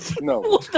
No